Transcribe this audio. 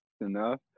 enough